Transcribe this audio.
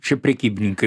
čia prekybininkai